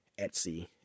etsy